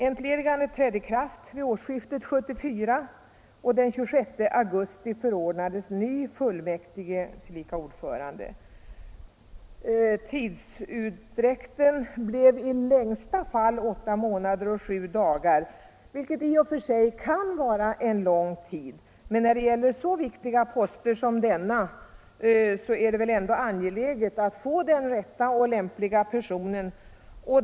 Entledigandet trädde i kraft vid årsskiftet 1973-1974, och den 26 augusti 1974 förordnades ny fullmäktig tillika ordförande. Tidsutdräkten blev därmed i längsta fall åtta månader och sju dagar, vilket i och för sig kan vara en lång tid. Men när det gäller en så viktig post som denna är det väl ändå angeläget att få den rätta och lämpliga personen.